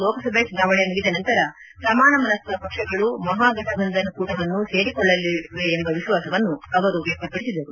ಲೋಕಸಭೆ ಚುನಾವಣೆ ಮುಗಿದ ನಂತರ ಸಮಾನ ಮನಸ್ಗ ಪಕ್ಷಗಳು ಮಹಾಘಟಬಂಧನ ಕೂಟವನ್ನು ಸೇರಿಕೊಳ್ಳಲಿವೆ ಎಂಬ ವಿಶ್ವಾಸವನ್ನು ಅವರು ವ್ಯಕ್ತಪಡಿಸಿದರು